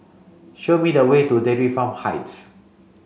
show me the way to Dairy Farm Heights